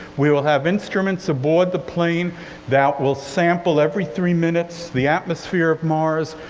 we will have instruments aboard the plane that will sample, every three minutes, the atmosphere of mars.